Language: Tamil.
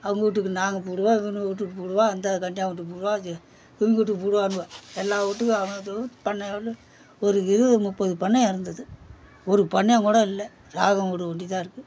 அவங்கவூட்டுக்கு நாங்கள் பூடுவோம் இவங்க விட்டுட்டு பூடுவோம் அந்த கஞ்சான் வீட்டுக்கு பூடுவோம் இது இவங்க வீட்டுக்கு பூடுவானுவ எல்லாம் வீட்டுக்கும் அவனுது பண்ணையாளு ஒரு இருபது முற்பது பண்ணையம் இருந்தது ஒரு பண்ணையம் கூட இல்லை ராகவன் வீடு ஒண்டிதாருக்கு